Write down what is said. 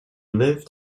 lived